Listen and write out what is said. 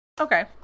okay